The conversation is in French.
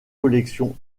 collections